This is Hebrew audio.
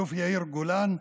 האלוף יאיר גולן,